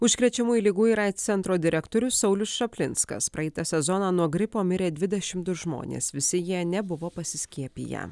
užkrečiamųjų ligų ir aids centro direktorius saulius čaplinskas praeitą sezoną nuo gripo mirė dvidešim du žmonės visi jie nebuvo pasiskiepiję